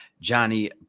Johnny